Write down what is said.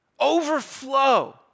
Overflow